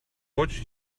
watched